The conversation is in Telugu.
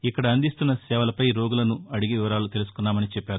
ఇక్కడ అందిస్తున్న సేవలపై రోగులను అడిగి వివరాలు తెలుసుకున్నామని చెప్పారు